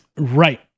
Right